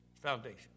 foundation